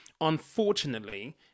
Unfortunately